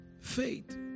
Faith